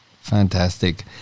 Fantastic